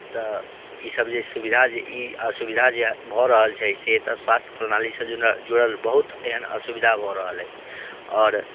तऽ ई सब जे सुविधा जे ई असुविधा जे भऽ रहल छै से तऽ स्वास्थ्य प्रणालीसँ जुन जुड़ल बहुत एहन असुविधा भऽ रहल अइ आओर